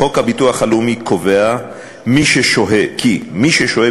חוק הביטוח הלאומי קובע כי מי ששוהה